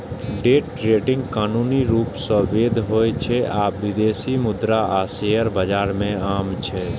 day trading कानूनी रूप सं वैध होइ छै आ विदेशी मुद्रा आ शेयर बाजार मे आम छै